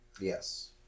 yes